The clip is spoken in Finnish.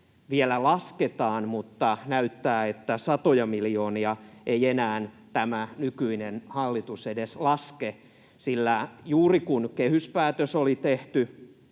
vielä lasketaan, mutta näyttää, että satoja miljoonia ei enää tämä nykyinen hallitus edes laske, sillä juuri kun kehyspäätös oli tehty,